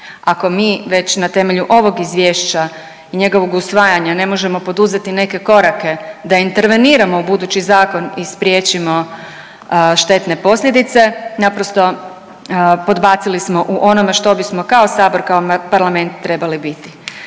ako mi već na temelju ovog izvješća i njegovog usvajanja ne možemo poduzeti neke korake da interveniramo u budući zakon i spriječimo štetne posljedice naprosto podbacili smo u onome što bismo kao Sabor, kao Parlament trebali biti.